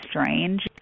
strange